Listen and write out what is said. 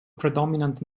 predominant